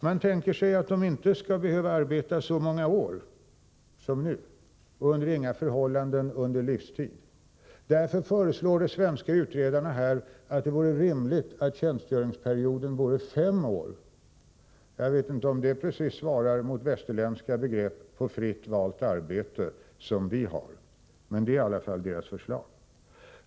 Man tänker sig att de inte skall behöva arbeta så många år som nu och under inga förhållanden på livstid. Därför säger de svenska utredarna i sitt förslag att det vore rimligt att tjänstgöringsperioden vore fem år. Jag vet inte om det precis svarar mot våra västerländska begrepp om fritt valt arbete, men det är i alla fall utredarnas förslag.